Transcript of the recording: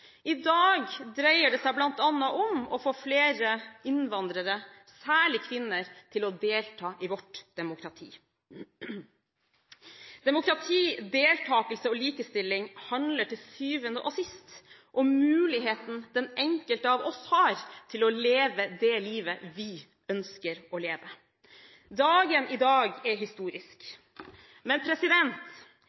I dag dreier det seg bl.a. om å få flere innvandrere, særlig kvinner, til å delta i vårt demokrati. Demokrati, deltakelse og likestilling handler til syvende og sist om muligheten den enkelte av oss har til å leve det livet vi ønsker å leve. Dagen i dag er historisk, men